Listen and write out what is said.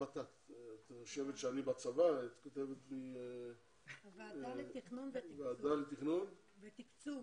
הוועדה לתכנון ותקצוב